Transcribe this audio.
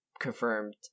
confirmed